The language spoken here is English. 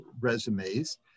resumes